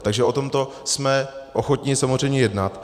Takže o tomto jsme ochotni samozřejmě jednat.